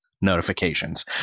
notifications